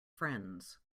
friends